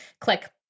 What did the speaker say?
click